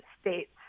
states